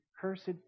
Cursed